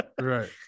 Right